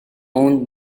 owned